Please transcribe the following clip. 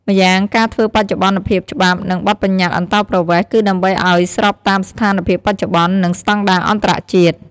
ម្យ៉ាងការធ្វើបច្ចុប្បន្នភាពច្បាប់ និងបទប្បញ្ញត្តិអន្តោប្រវេសន៍គឺដើម្បីឱ្យស្របតាមស្ថានភាពបច្ចុប្បន្ន និងស្តង់ដារអន្តរជាតិ។